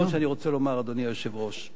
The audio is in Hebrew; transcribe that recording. אדוני היושב-ראש,